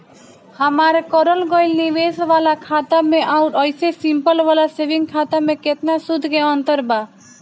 हमार करल गएल निवेश वाला खाता मे आउर ऐसे सिंपल वाला सेविंग खाता मे केतना सूद के अंतर बा?